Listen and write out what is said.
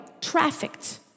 trafficked